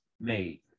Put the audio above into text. made